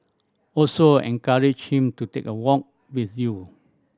also encourage him to take a walk with you